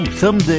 Someday